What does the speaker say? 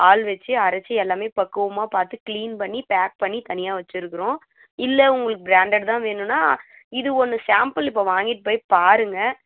ஆள் வெச்சு அரைச்சி எல்லாமே பக்குவமாக பார்த்து க்ளீன் பண்ணி பேக் பண்ணி தனியாக வைச்சிருக்குறோம் இல்லை உங்களுக்கு ப்ராண்டட் தான் வேணும்ன்னா இது ஒன்று சாம்பிள் இப்போ வாங்கிட்டு போய் பாருங்க